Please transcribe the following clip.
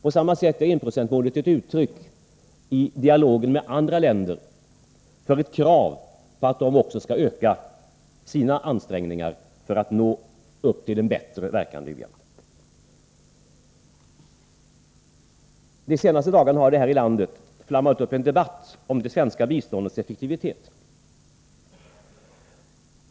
På samma sätt är enprocentsmålet ett uttryck, i dialogen med andra länder, för ett krav på att de också skall öka sina ansträngningar för att uppnå en bättre verkande u-hjälp. Under de senaste dagarna har det här i landet flammat upp en debatt om det svenska biståndets effektivitet.